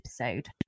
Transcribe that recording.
episode